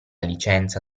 licenza